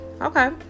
Okay